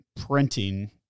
printing